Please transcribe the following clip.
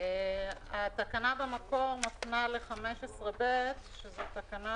התקנה במקור מפנה ל-15(ב) שזאת תקנה